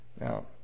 Now